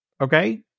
Okay